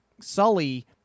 sully